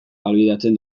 ahalbidetzen